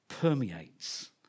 Permeates